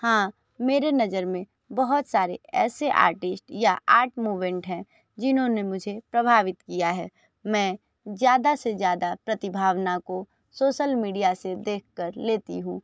हाँ मेरे नज़र में बहुत सारे ऐसे आर्टिस्ट या आर्ट मोमेंट हैं जिन्होंने मुझे प्रभावित किया है मैं ज़्यादा से ज़्यादा प्रतिभावना को सोशल मीडिया से देख कर लेती हूँ